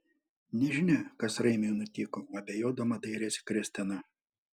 nežinia kas raimiui nutiko abejodama dairėsi kristina